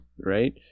right